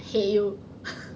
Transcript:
!hey! you